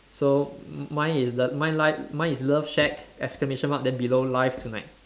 so mi~ mine is the mine live mine is love shack exclamation mark then below live tonight